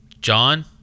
John